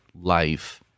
life